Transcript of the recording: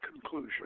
conclusion